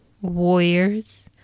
warriors